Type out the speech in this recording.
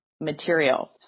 material